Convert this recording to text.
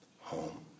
home